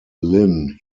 lyn